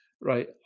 right